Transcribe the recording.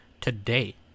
Today